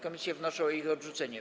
Komisje wnoszą o ich odrzucenie.